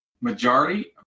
majority